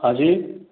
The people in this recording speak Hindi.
हाँजी